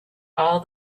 all